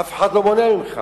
אף אחד לא מונע ממך.